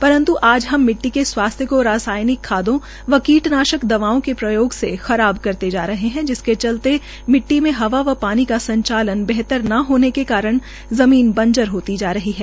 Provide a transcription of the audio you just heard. परन्त् आज हम मिट्टी के स्वास्थ्य को रासायनिक खादों व कीटनाशक दवाओं के प्रयोग से खराब करते जा रह है जिसके चलते मिट्टी में हवा व पानी का संचालन बेहतर का होने के कारण जम़ीन बंजर होती जा रही है